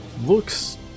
looks